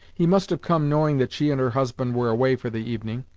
he must have come knowing that she and her husband were away for the evening.